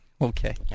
okay